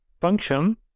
function